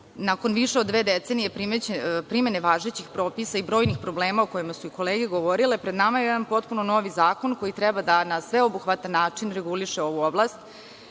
nakon više od dve decenije primene važećih propisa i brojnih problema u kojima su i kolege govorile pred nama je jedan potpuno novi zakon koji treba da na sveobuhvatan način reguliše ovu oblast